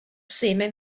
seme